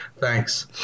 Thanks